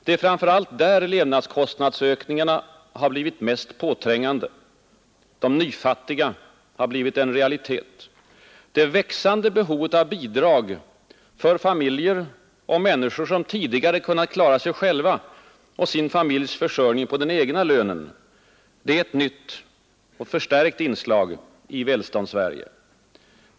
Det är där levnadskostnadsökningarna har blivit mest påträngande, de ”nyfattiga” har blivit en realitet. Det växande behovet av bidrag för familjer och människor som tidigare kunnat klara sig själva och sin familjs försörjning på den egna lönen är ett nytt och förstärkt inslag i Välståndssverige.